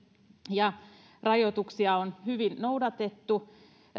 ja rajoituksia on hyvin noudatettu